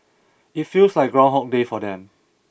it feels like groundhog day for them